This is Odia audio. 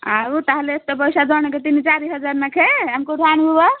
ଆଉ ତା'ହେଲେ ଏତେ ପଇସା ଜଣକୁ ତିନି ଚାରି ହଜାର ଲେଖାଏଁ ଆମେ କେଉଁଠୁ ଆଣିବୁ ବା